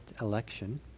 election